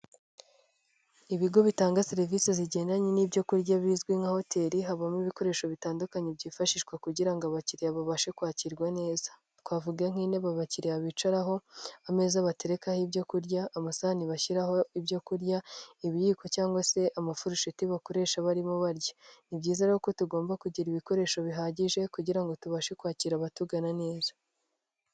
Ibigo bitanga serivisi zigendanye n'ibyo kurya bizwi nka hoteri, habamo ibikoresho bitandukanye byifashishwa kugira ngo abakiriya babashe kwakirwa neza. Twavuga nk'intebe abakiriya bicaraho, ameza baterekaho ibyo kurya, amasanhani bashyiraho ibyo kurya, ibiyiko cyangwa se amafirusheti bakoresha barimo barya. Ni byiza rero uko tugomba kugira ibikoresho bihagije kugira ngo tubashe kwakira abatugana neza.